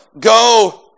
go